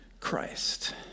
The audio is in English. Christ